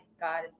God